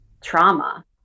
trauma